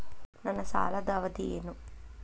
ನನ್ನ ಸಾಲದ ಅವಧಿ ಏನು?